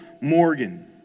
Morgan